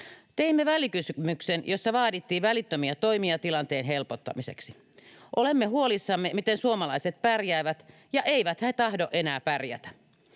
Teimme välikysymyksen, jossa vaadittiin välittömiä toimia tilanteen helpottamiseksi. Olemme huolissamme, miten suomalaiset pärjäävät, ja eivät he tahdo enää pärjätä.